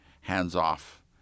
hands-off